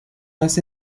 mes